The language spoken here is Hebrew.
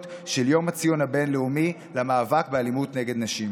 של ציון היום הבין-לאומי למאבק באלימות נגד נשים.